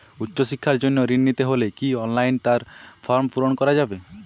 উচ্চশিক্ষার জন্য ঋণ নিতে হলে কি অনলাইনে তার ফর্ম পূরণ করা যাবে?